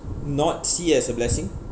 not see as a blessing